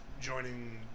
joining